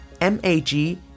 M-A-G